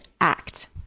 Act